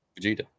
vegeta